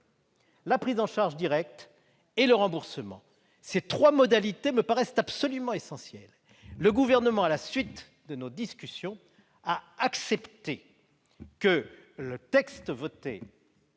la prise en charge directe et le remboursement. Ce point me paraît absolument essentiel. Le Gouvernement, à la suite de nos discussions, a accepté que le texte